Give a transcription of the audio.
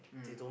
mm